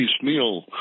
piecemeal